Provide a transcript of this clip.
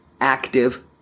active